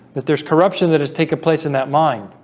that there's corruption that has taken place in that mind